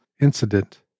Incident